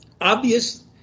obvious